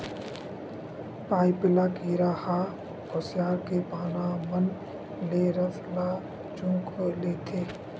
पाइपिला कीरा ह खुसियार के पाना मन ले रस ल चूंहक लेथे